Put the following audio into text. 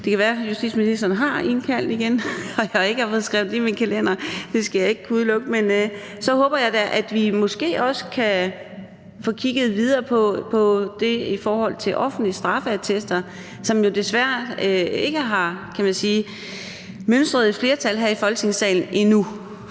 Det kan være, at justitsministeren har indkaldt igen og jeg ikke har fået skrevet det ind i min kalender – det skal jeg ikke kunne udelukke. Men jeg håber da, at vi måske også kan få kigget videre på det i forhold til offentlige straffeattester, hvor der jo desværre ikke, kan man sige, har kunnet mønstres et flertal her i Folketingssalen endnu.